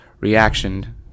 reaction